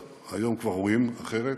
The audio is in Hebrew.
טוב, היום כבר רואים אחרת.